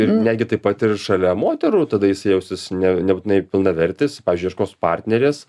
ir netgi taip pat ir šalia moterų tada jis jausis ne nebūtinai pilnavertis pavyzdžiui ieškos partnerės